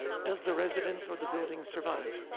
does the residence or the building survive?